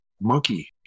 monkey